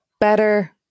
better